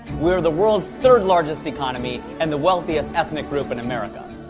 we're the world's third largest economy and the wealthiest ethnic group in america.